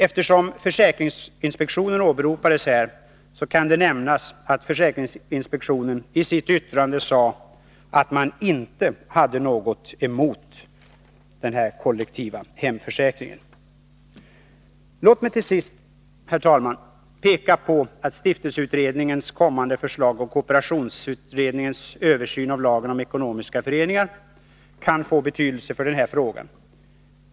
Eftersom försäkringsinspektionen åberopades här kan det nämnas att försäkringsinspektionen i sitt yttrande sade att man inte hade något emot den här kollektiva hemförsäkringen. Låt mig till sist, herr talman, peka på att stiftelseutredningens kommande förslag och kooperationsutredningens översyn av lagen om ekonomiska föreningar kan få betydelse för den här frågan.